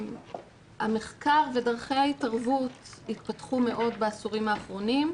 המחקר ודרכי ההתערבות התפתחו מאוד בעשורים האחרונים,